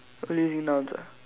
oh using nouns ah